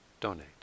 donate